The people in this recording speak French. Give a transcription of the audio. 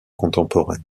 contemporaine